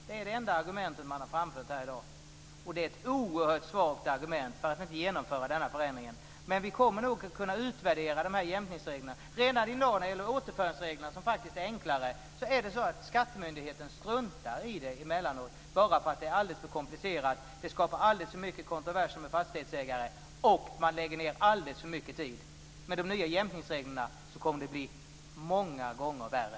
Det är det enda argument som man har framfört här i dag, och det är ett oerhört svagt argument för att inte genomföra denna förändring. Dessa jämkningsregler kommer att utvärderas. Återföringsreglerna är egentligen enklare, men skattemyndigheterna struntar i dem emellanåt därför att det är alldeles för komplicerat att tillämpa dem. Det skapar för många kontroverser med fastighetsägare, och man lägger ned alldeles för mycket tid. Med de nya jämkningsreglerna kommer det att bli många gånger värre.